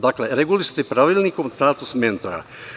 Dakle, regulisati pravilnikom status mentora.